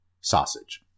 sausage